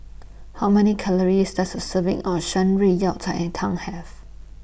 How Many Calories Does A Serving of Shan Rui Yao Cai Tang Have